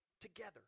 Together